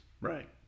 Right